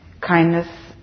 Kindness